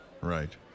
Right